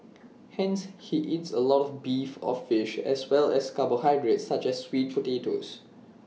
hence he eats A lot of beef or fish as well as carbohydrates such as sweet potatoes